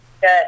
Good